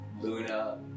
Luna